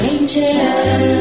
Angel